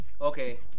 Okay